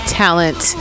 talent